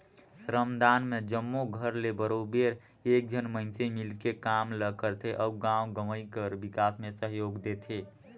श्रमदान में जम्मो घर ले बरोबेर एक झन मइनसे मिलके काम ल करथे अउ गाँव गंवई कर बिकास में सहयोग देथे